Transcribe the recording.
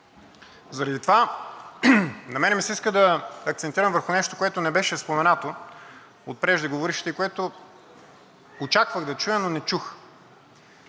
Заради това на мен ми се иска да акцентирам върху нещо, което не беше споменато от преждеговорившите, което очаквах да чуя, но не чух.